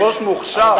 מילא.